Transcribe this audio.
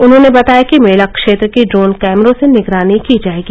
उन्होंने बताया कि मेला क्षेत्र की ड्रोन कैमरो से निगरानी की जायेगी